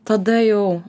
tada jau